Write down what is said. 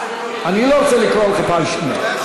אני לא רוצה לקרוא אותך פעם שנייה.